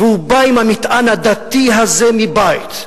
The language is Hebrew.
והוא בא עם המטען הדתי הזה מבית,